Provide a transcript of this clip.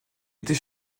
était